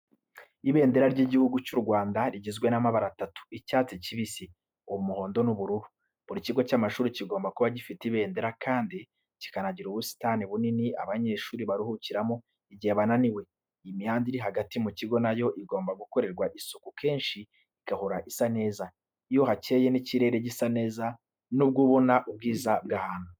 Ibendera ry'igihugu cy'u Rwanda rigizwe n'amabara atatu: icyatsi kibisi, umuhondo n'ubururu. Buri kigo cy'amashuri kigomba kuba gifite ibendera kandi kikanagira ubusitani bunini abanyeshuri baruhukiramo igihe bananiwe. Imihanda iri hagati mu kigo na yo igomba gukorerwa isuku kenshi igahora isa neza. Iyo hakeye n'ikirere gisa neza nibwo ubona ubwiza bw'ahantu.